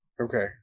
Okay